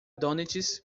donuts